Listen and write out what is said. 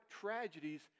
tragedies